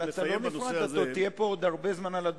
אתה לא נפרד, אתה תהיה על הדוכן עוד הרבה זמן.